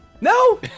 No